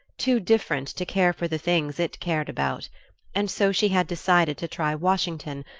too different to care for the things it cared about and so she had decided to try washington,